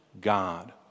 God